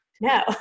no